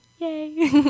Yay